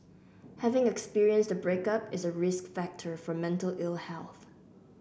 having experienced a breakup is a risk factor for mental ill health